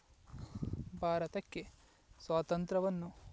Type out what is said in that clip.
ಭಾರತಕ್ಕೆ ಸ್ವಾತಂತ್ರ್ಯವನ್ನು